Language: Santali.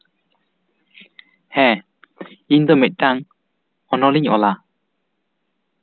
ᱦᱮᱸ ᱤᱧ ᱫᱚ ᱢᱤᱫᱴᱟᱝ ᱚᱱᱚᱞ ᱤᱧ ᱚᱞᱟ